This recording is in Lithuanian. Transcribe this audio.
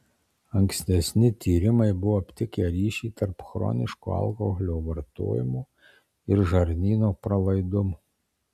ankstesni tyrimai buvo aptikę ryšį tarp chroniško alkoholio vartojimo ir žarnyno pralaidumo